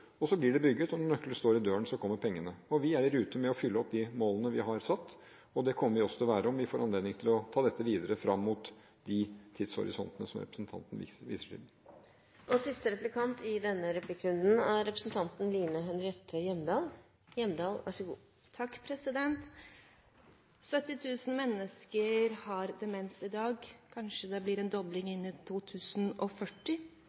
for, så blir det bygget, og når nøkkelen står i døren, kommer pengene. Vi er i rute med å fylle opp de målene vi har satt, og det kommer vi også til å være om vi får anledning til å ta dette videre fram mot de tidshorisontene som representanten viser til. 70 000 mennesker har demens i dag. Det blir kanskje en dobling